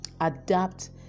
adapt